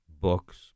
books